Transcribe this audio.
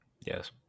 yes